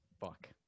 Fuck